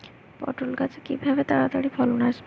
পটল গাছে কিভাবে তাড়াতাড়ি ফলন আসবে?